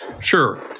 sure